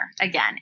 again